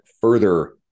further